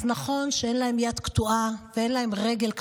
אז נכון שאין להם יד קטועה ואין להם רגל קטועה.